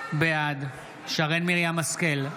בעד שרן מרים השכל,